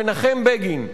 מנחם בגין,